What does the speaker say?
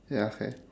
ya okay